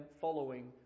following